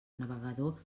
navegador